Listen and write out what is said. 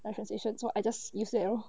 my translation so I just use that oh